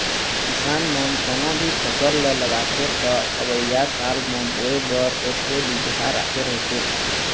किसान मन कोनो भी फसल ल लगाथे त अवइया साल म बोए बर ओखरे बिजहा राखे रहिथे